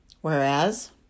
whereas